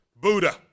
Buddha